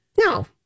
No